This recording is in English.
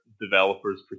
developers